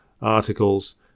articles